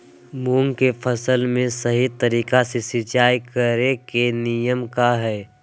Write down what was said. मूंग के फसल में सही तरीका से सिंचाई करें के नियम की हय?